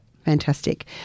Fantastic